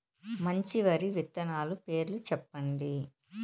మంచి వరి విత్తనాలు పేర్లు చెప్పండి?